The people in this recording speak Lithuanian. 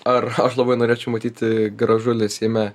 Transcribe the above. ar aš labai norėčiau matyti gražulį seime